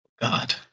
God